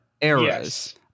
eras